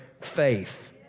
faith